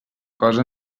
cosa